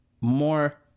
more